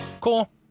Cool